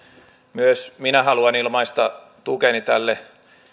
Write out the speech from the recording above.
myös minä haluan ilmaista tukeni tälle